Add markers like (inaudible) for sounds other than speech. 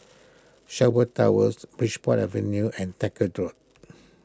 Sherwood Towers Bridport Avenue and (unintelligible) Road